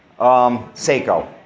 Seiko